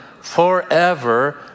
forever